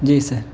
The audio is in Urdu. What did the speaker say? جی سر